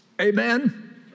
Amen